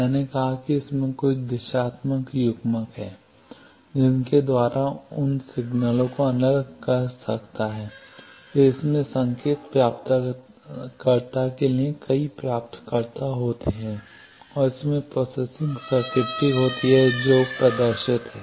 मैंने कहा कि इसके कुछ दिशात्मक युग्मक हैं जिनके द्वारा यह उन सिग्नलों को अलग कर सकता है फिर इसमें संकेत प्राप्तकर्ता के लिए कई प्राप्तकर्ता होते हैं और इसमें प्रोसेसिंग सर्किट्री होती है जो प्रदर्शित है